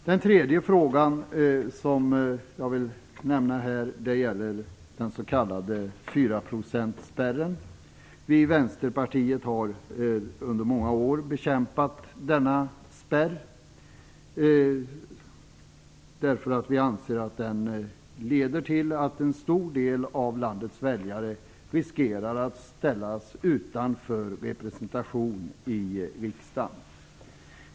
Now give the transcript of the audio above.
Den sista frågan som jag vill nämna gäller den s.k. 4-procentsspärren. Vi i Vänsterpartiet har under många år bekämpat denna spärr, därför att vi anser att den leder till att en stor del av landets väljare riskerar att ställas utan representation i riksdagen.